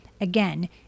Again